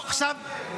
לא שמת לב.